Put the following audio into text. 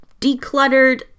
decluttered